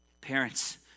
Parents